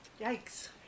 Yikes